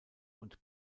und